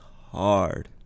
hard